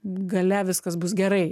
gale viskas bus gerai